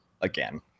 again